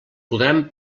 podran